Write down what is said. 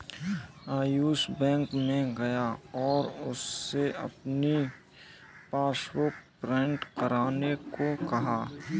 Ayush bank में गया और उससे अपनी पासबुक प्रिंट करने को कहा